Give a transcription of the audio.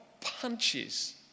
punches